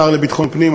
לשר לביטחון פנים.